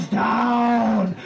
down